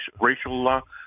racial